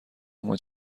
اما